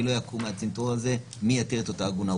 לא אקום מהצנתור הזה מי יתיר את אותה עגונה?